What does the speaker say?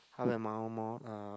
half an hour more uh